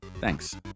thanks